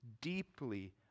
deeply